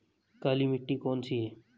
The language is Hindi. काली मिट्टी कौन सी है?